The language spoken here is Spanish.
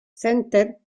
center